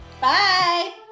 bye